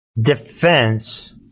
defense